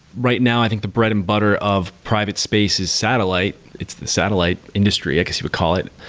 right now, i think the bread and-butter of private space is satellite. it's the satellite industry i guess you would call it.